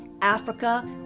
Africa